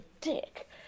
dick